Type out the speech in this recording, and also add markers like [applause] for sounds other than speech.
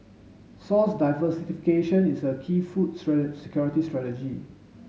source diversification is a key food [unintelligible] security strategy